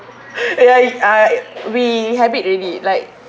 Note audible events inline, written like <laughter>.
<breath> ya I we habit already like